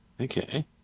Okay